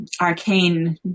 arcane